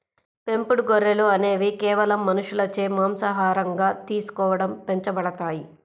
పెంపుడు గొర్రెలు అనేవి కేవలం మనుషులచే మాంసాహారంగా తీసుకోవడం పెంచబడతాయి